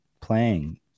playing